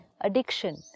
addiction